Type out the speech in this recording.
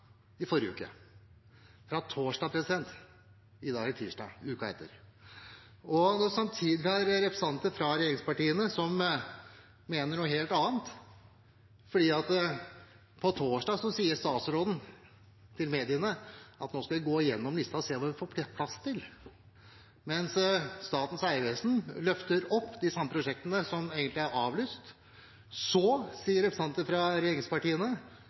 forrige uke. I dag er det tirsdag, uken etter. Samtidig har vi representanter fra regjeringspartiene som mener noe helt annet. På torsdag sa statsråden til mediene at nå skal man gå gjennom lista og se hva man får plass til, mens Statens Vegvesen har løftet opp de samme prosjektene, som egentlig er avlyst. Så sier representanter fra regjeringspartiene